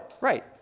right